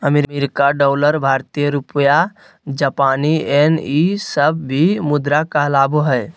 अमेरिकी डॉलर भारतीय रुपया जापानी येन ई सब भी मुद्रा कहलाबो हइ